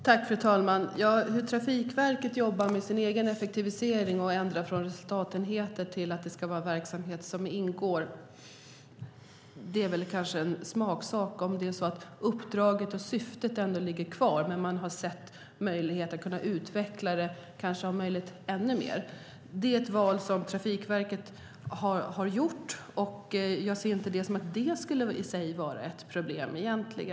Fru talman! Hur Trafikverket jobbar med sin effektivisering och att ändra från resultatenheter till verksamhet som ingår är en smaksak så länge uppdraget ligger kvar. Man har kanske sett möjligheter att på detta sätt utveckla det ännu mer. Det är ett val som Trafikverket har gjort, och jag ser inte att det i sig skulle vara ett problem.